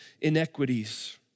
inequities